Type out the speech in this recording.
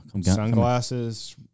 sunglasses